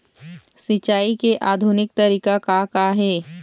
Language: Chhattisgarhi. सिचाई के आधुनिक तरीका का का हे?